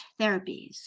therapies